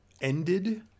ended